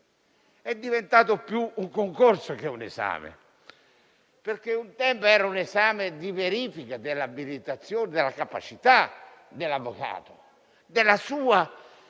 è diventato più un concorso che un esame. Un tempo era un esame di verifica dell'abilitazione e della capacità dell'avvocato, delle sue capacità,